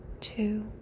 two